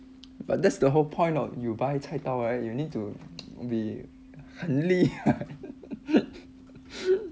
but that's the whole point of you buy 菜刀 right you need to be 很利